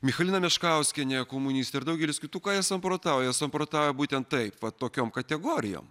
michalina meškauskienė komunistė ir daugelis kitų ką jie samprotauja samprotauja būtent taip va tokiom kategorijom